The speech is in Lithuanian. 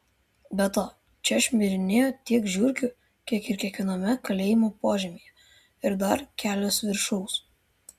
be to čia šmirinėjo tiek žiurkių kiek ir kiekviename kalėjimo požemyje ir dar kelios viršaus